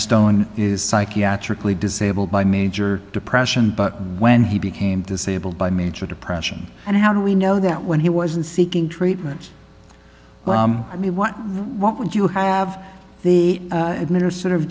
stone is psychiatrically disabled by major depression when he became disabled by major depression and how do we know that when he wasn't seeking treatment i mean what what would you have the ignitor sort of